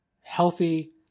healthy